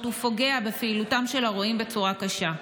ופוגע בפעילותם של הרועים בצורה קשה.